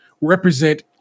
represent